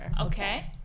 Okay